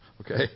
Okay